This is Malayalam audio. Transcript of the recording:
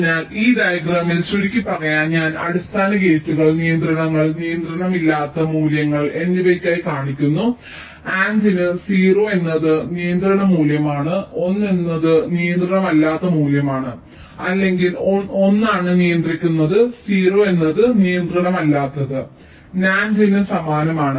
അതിനാൽ ഈ ഡയഗ്രാമിൽ ചുരുക്കിപ്പറയാൻ ഞാൻ അടിസ്ഥാന ഗേറ്റുകൾ നിയന്ത്രണങ്ങൾ നിയന്ത്രണമില്ലാത്ത മൂല്യങ്ങൾ എന്നിവയ്ക്കായി കാണിക്കുന്നു AND യ്ക്ക് 0 എന്നത് നിയന്ത്രണ മൂല്യമാണ് 1 എന്നത് നിയന്ത്രണമില്ലാത്ത മൂല്യമാണ് അല്ലെങ്കിൽ 1 ആണ് നിയന്ത്രിക്കുന്നത് 0 എന്നത് നിയന്ത്രണമില്ലാത്തതാണ് NAND ന് സമാനമാണ്